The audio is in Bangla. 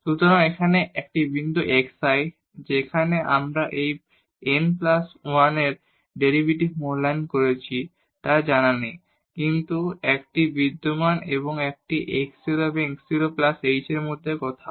সুতরাং এখানে এই বিন্দু xi যেখানে আমরা এই n প্লাস 1 এর একটি ডেরিভেটিভ মূল্যায়ন করেছি তা জানা নেই কিন্তু এটি বিদ্যমান এবং এটি x 0 এবং x 0 প্লাস h এর মধ্যে কোথাও